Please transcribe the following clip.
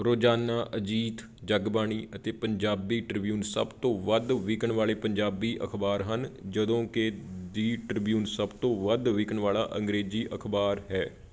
ਰੋਜ਼ਾਨਾ ਅਜੀਤ ਜਗਬਾਣੀ ਅਤੇ ਪੰਜਾਬੀ ਟ੍ਰਿਬਿਊਨ ਸਭ ਤੋਂ ਵੱਧ ਵਿਕਣ ਵਾਲੇ ਪੰਜਾਬੀ ਅਖ਼ਬਾਰ ਹਨ ਜਦੋਂ ਕਿ ਦੀ ਟ੍ਰਿਬਿਊਨ ਸਭ ਤੋਂ ਵੱਧ ਵਿਕਣ ਵਾਲਾ ਅੰਗਰੇਜ਼ੀ ਅਖ਼ਬਾਰ ਹੈ